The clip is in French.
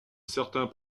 certains